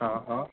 હા હા